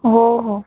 हो हो